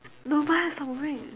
no mine is not moving